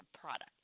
product